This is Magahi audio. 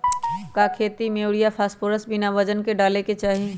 का खेती में यूरिया फास्फोरस बिना वजन के न डाले के चाहि?